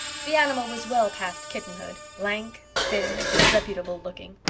the animal was well past kitten-hood, lank, thin, disreputable looking.